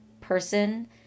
person